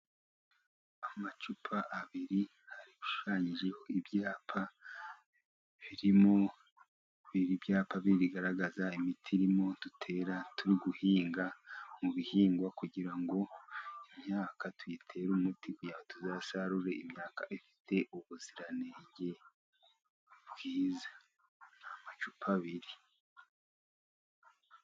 Amacupa abiri ashushanyijeho ibyapa birimo ibyapa bigaragaza imiti irimo dutera turi guhinga mu bihingwa kugira ngo imyaka tuyitere umuti kugira ngo tuzasarure imyaka ifite ubuziranenge bwiza. Ni amacupa abiri.